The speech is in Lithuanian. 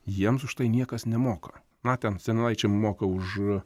jiems už tai niekas nemoka na ten seniūnaičiam moka už